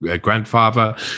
grandfather